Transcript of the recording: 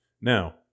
Now